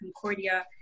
Concordia